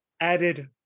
Added